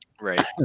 right